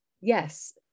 Yes